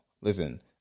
Listen